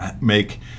make